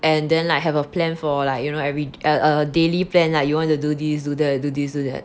and then like have a plan for like you know every err err daily plan lah you wanted to do this do the do this do that